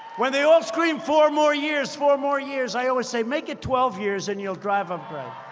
when they all scream, four more years, four more years, i always say, make it twelve years and you'll drive um